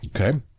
Okay